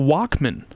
Walkman